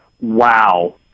Wow